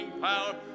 power